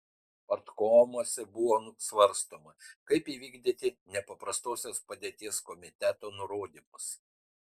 partkomuose buvo svarstoma kaip įvykdyti nepaprastosios padėties komiteto nurodymus